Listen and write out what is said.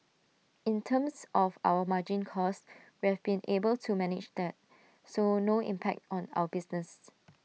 in terms of our margin costs we've been able to manage that so no impact on our business